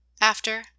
After